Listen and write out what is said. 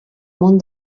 món